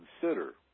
consider